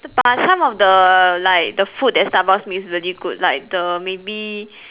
but some of the like the food that Starbucks make is very good like the maybe